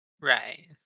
Right